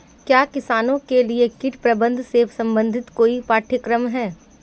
क्या किसानों के लिए कीट प्रबंधन से संबंधित कोई पाठ्यक्रम है?